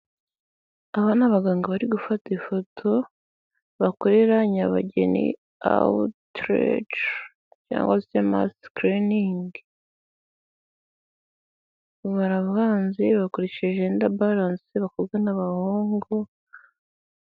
Aba ni abaganga bari gufata ifoto bakorera Nyabageni Awutireci cyangwa se Masi sikiriningi. Baravanze bakoresheje jenda balanse abakobwa n'abahungu...